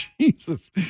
Jesus